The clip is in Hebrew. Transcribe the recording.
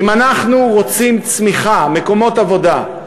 אם אנחנו רוצים צמיחה, מקומות עבודה,